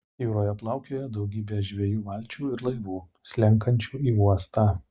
jūroje plaukiojo daugybė žvejų valčių ir laivų slenkančių į uostą